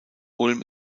ulm